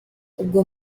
ubwo